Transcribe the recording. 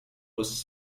was